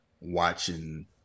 watching